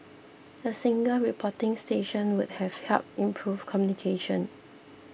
a single reporting station would have helped improve communication